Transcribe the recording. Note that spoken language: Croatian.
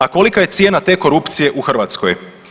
A kolika je cijena te korupcije u Hrvatskoj.